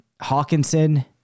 Hawkinson